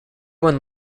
one